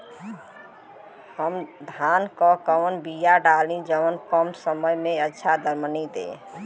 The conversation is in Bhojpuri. हम धान क कवन बिया डाली जवन कम समय में अच्छा दरमनी दे?